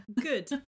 Good